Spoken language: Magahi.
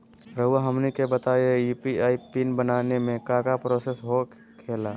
रहुआ हमनी के बताएं यू.पी.आई पिन बनाने में काका प्रोसेस हो खेला?